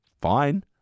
Fine